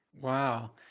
Wow